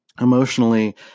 emotionally